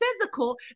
physical